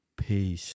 Peace